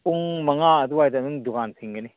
ꯄꯨꯡ ꯃꯉꯥ ꯑꯗꯨꯋꯥꯏꯗ ꯑꯗꯨꯝ ꯗꯨꯀꯥꯟ ꯊꯤꯡꯒꯅꯤ